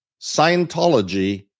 Scientology